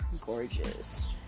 Gorgeous